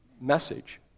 message